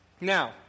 Now